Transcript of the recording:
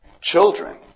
children